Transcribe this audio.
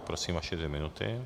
Prosím, vaše dvě minuty.